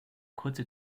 kurze